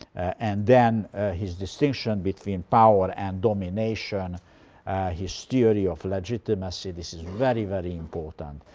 and then his distinction between power and domination his theory of legitimacy. this is very, very important.